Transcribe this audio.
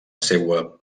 seua